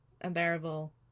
Unbearable